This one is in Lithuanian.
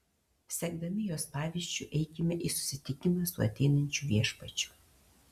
sekdami jos pavyzdžiu eikime į susitikimą su ateinančiu viešpačiu